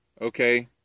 okay